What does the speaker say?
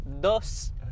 Dos